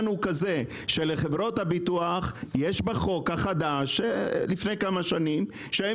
לחברות הביטוח יש בחוק החדש סעיף שלפיו הן